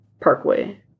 Parkway